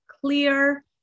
clear